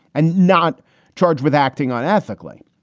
and not charged with acting on ethically.